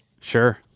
Sure